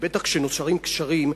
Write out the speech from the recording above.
ובטח כשנוצרים קשרים,